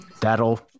That'll